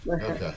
okay